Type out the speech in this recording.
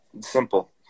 Simple